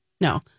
no